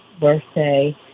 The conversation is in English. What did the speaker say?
birthday